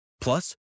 Plus